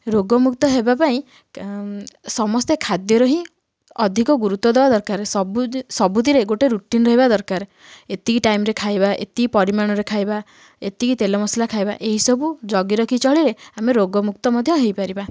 ରୋଗ ମୁକ୍ତ ହବାପାଇଁ ସମସ୍ତେ ଖାଦ୍ୟର ହିଁ ଅଧିକ ଗୁରୁତ୍ୱ ଦବା ଦରକାର ସବୁଥିରେ ଗୋଟେ ରୁଟିନ ରହିବା ଦରକାର ଏତିକି ଟାଇମରେ ଖାଇବା ଏତିକି ପରିମାଣରେ ଖାଇବା ଏତିକି ତେଲ ମସଲା ଖାଇବା ଏସବୁ ଜଗିରଖି ଚଳିଲେ ଆମେ ରୋଗ ମୁକ୍ତ ମଧ୍ୟ ହେଇପାରିବା